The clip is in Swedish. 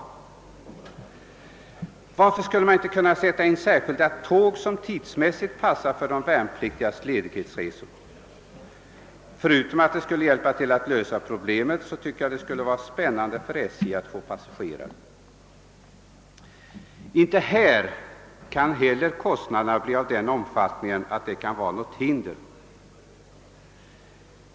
Och varför skulle man inte kunna sätta in särskilda tåg som tidsmässigt passar för de värnpliktigas ledighetsresor? Förutom att det skulle bidra till att lösa problemet tycker jag att det skulle vara spännande för SJ att få passagerare. Inte heller här kan kostnaderna bli av den storleksordningen att de kan utgöra något hinder.